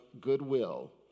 goodwill